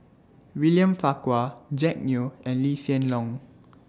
William Farquhar Jack Neo and Lee Hsien Loong